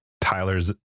Tyler's